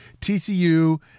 TCU